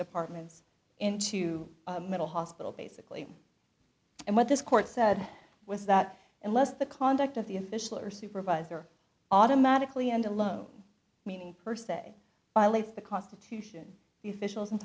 departments into a mental hospital basically and what this court said was that unless the conduct of the official or supervisor automatically end alone meaning per se violates the constitution the officials